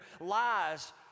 lies